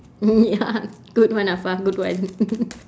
ya good one afar good one